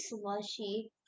slushy